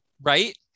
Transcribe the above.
Right